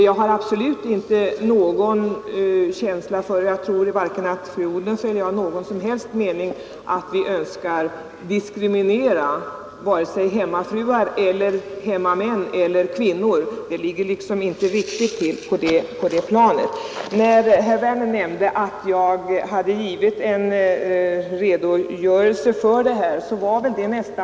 Jag tror att varken fru Odhnoff eller jag har någon som helst önskan att diskriminera vare sig hemmafruar eller hemmamän eller kvinnor över huvud taget. Frågan Nr 74 ligger inte riktigt på det planet. ke / i; Torsdagen den Herr Werner i Malmö nämnde att jag hade givit en redogörelse för 26 april 1973 detta.